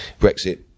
Brexit